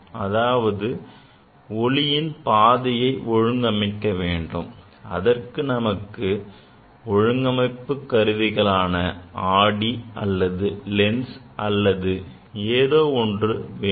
அதாவது ஒளியின் பாதையை ஒழுங்கமைக்க வேண்டும் அதற்கு நமக்கு ஒழுங்கமைப்பு கருவிகளான ஆடி அல்லது லென்ஸ் அல்லது ஏதோ ஒன்று வேண்டும்